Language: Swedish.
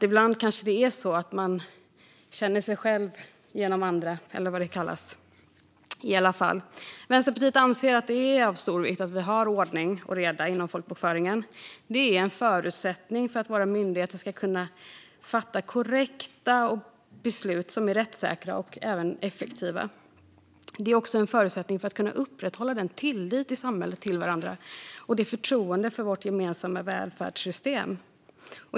Ibland kanske det är så att man känner andra genom sig själv. Vänsterpartiet anser att det är av stor vikt att vi har ordning och reda inom folkbokföringen. Det är en förutsättning för att våra myndigheter ska kunna fatta korrekta, rättssäkra och effektiva beslut. Det är också en förutsättning för att kunna upprätthålla den samhälleliga tilliten till varandra och förtroendet för vårt gemensamma välfärdssystem.